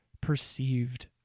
perceived